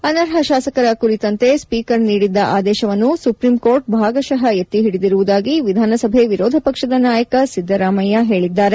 ಅನರ್ಹ ಶಾಸಕರ ಕುರಿತಂತೆ ಸ್ಸೀಕರ್ ನೀದಿದ್ದ ಆದೇಶವನ್ನು ಸುಪ್ರೀಂಕೋರ್ಟ್ ಭಾಗಶಃ ಎತ್ತಿ ಹಿಡಿದಿರುವುದಾಗಿ ವಿಧಾನಸಭೆ ವಿರೋಧ ಪಕ್ಷದ ನಾಯಕ ಸಿದ್ದರಾಮಯ್ಯ ಹೇಳಿದ್ದಾರೆ